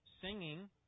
singing